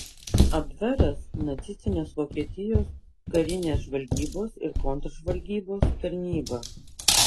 abveras nacistinės vokietijos karinės žvalgybos ir kontržvalgybos tarnyba